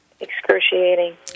Excruciating